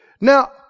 Now